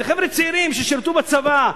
זה חבר'ה צעירים ששירתו בצבא,